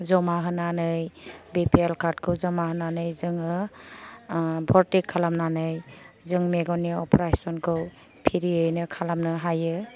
जमा होन्नानै बिफिएल कार्दखौ जमा होन्नानै जोङो भरटि खालामनानै जों मेगननि अफारेसनखौ फ्रियैनो खालामनो हायो